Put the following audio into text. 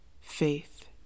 faith